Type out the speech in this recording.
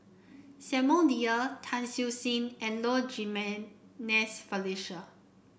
Samuel Dyer Tan Siew Sin and Low Jimenez Felicia